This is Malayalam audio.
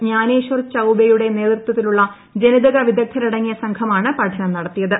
ജ്ഞാനേശ്വർ ചൌബെയുടെ നേതൃത്വത്തിലുള്ള ജനിതക വിദഗ്ദ്ധരടങ്ങിയ സംഘമാണ് പഠനം നടത്തീയത്